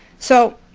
so,